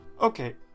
Okay